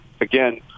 Again